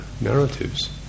narratives